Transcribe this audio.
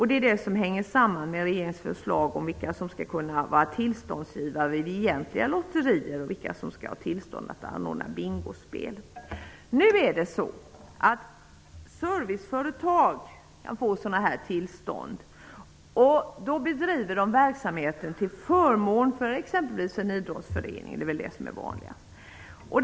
Det hänger samman med regeringens förslag om vilka som skall kunna vara tillståndsgivare vid egentliga lotterier och vilka som skall ha tillstånd att anordna bingospel. Serviceföretag får sådana tillstånd, och då bedriver de verksamheten till förmån för exempelvis en idrottsförening -- det är väl det som är vanligast.